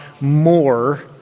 more